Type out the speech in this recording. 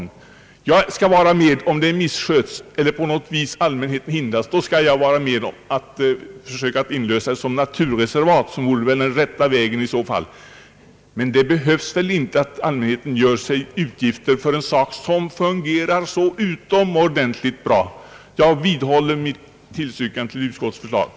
Om det nu ifrågavarande området missköts eller om allmänheten på något sätt hindras att besöka det, skulle jag vara med om att försöka få till stånd en inlösen, I så fall vore väl den rätta utvägen att göra området till naturreservat. Men som det nu är kan det inte vara erforderligt att det allmänna tar på sig utgifter för en sak som fungerar så utomordentligt bra. Jag vidhåller mitt yrkande om bifall till utskottets hemställan.